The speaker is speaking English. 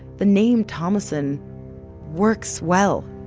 the name thomasson works well.